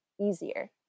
easier